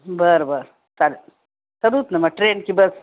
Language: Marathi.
बरं बरं चालेल करु ना मग ट्रेन की बस